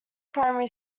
primary